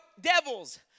devils